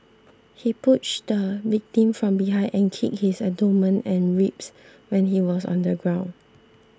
he pushed the victim from behind and kicked his abdomen and ribs when he was on the ground